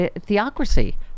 theocracy